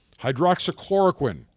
Hydroxychloroquine